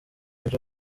byo